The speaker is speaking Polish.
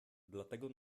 dlatego